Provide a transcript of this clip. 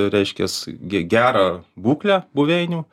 reiškias ge gerą būklę buveinių